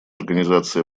организации